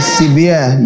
severe